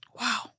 Wow